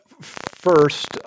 first